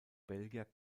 belgier